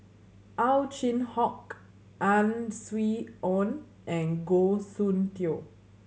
Ow Chin Hock Ang Swee Aun and Goh Soon Tioe